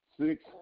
six